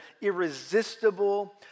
irresistible